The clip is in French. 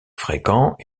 fréquents